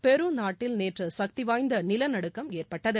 பெரு நாட்டில் நேற்று சக்தி வாய்ந்த நிலநடுக்கம் ஏற்பட்டது